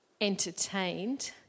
entertained